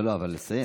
לא, אבל לסיים.